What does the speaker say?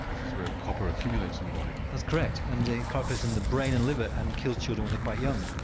this is where copper accumulates in the body. that's correct. and the copper is in the brain and liver and kills children when they're quite young.